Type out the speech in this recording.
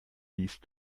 siehst